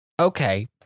okay